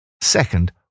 Second